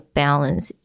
balance